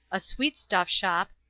a sweetstuff shop,